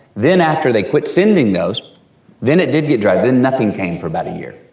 then, after they quit sending those then it did get dry. then nothing came for about a year,